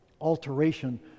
alteration